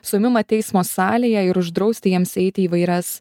suėmimą teismo salėje ir uždrausti jiems eiti įvairias